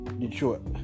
Detroit